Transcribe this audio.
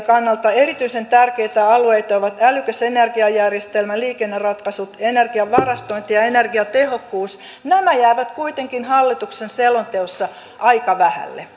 kannalta erityisen tärkeitä alueita ovat älykäs energiajärjestelmä liikenneratkaisut energian varastointi ja energiatehokkuus nämä jäävät kuitenkin hallituksen selonteossa aika vähälle